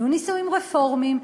יהיו נישואים רפורמיים,